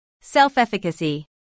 Self-efficacy